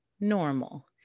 normal